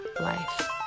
life